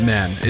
Man